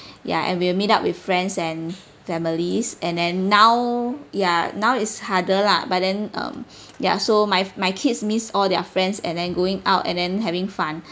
ya and we will meet up with friends and families and then now ya now it's harder lah but then um ya so my my kids miss all their friends and then going out and then having fun